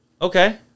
Okay